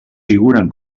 figuren